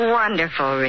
wonderful